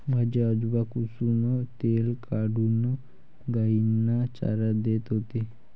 माझे आजोबा कुसुम तेल काढून गायींना चारा देत होते